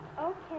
Okay